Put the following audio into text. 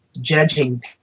judging